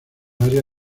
área